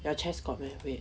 their chest got meh wait